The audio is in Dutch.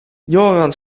joran